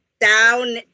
down